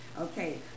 Okay